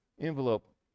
envelope